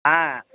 हा